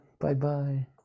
Bye-bye